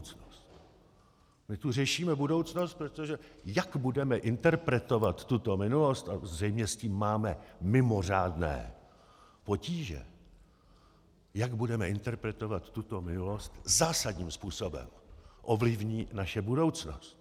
My tu řešíme budoucnost, protože jak budeme interpretovat tuto minulost a zřejmě s tím máme mimořádné potíže jak budeme interpretovat tuto minulost, zásadním způsobem ovlivní naši budoucnost.